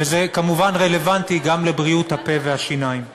וזה כמובן רלוונטי גם לבריאות הפה והשיניים והחניכיים.